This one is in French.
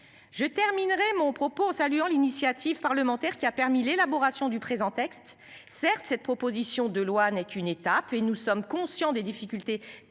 Je terminerai mon propos en saluant l'initiative parlementaire qui a permis l'élaboration du présent texte, certes, cette proposition de loi n'est qu'une étape et nous sommes conscients des difficultés